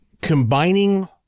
combining